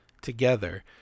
together